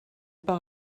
par